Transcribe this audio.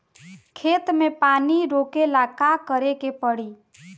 खेत मे पानी रोकेला का करे के परी?